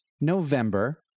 November